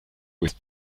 with